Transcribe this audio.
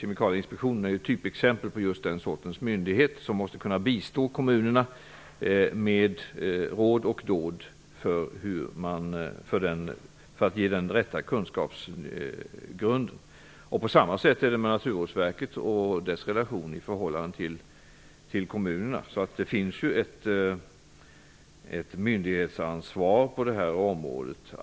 Kemikalieinspektionen är ett typexempel på just den sortens myndighet som måste kunna bistå kommunerna med råd och dåd för att ge den rätta kunskapsgrunden. Det är på samma sätt med Naturvårdsverket och dess relation till kommunerna. Det finns ett myndighetsansvar på det här området.